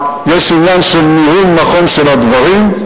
יש עניין של ניהול נכון של הדברים,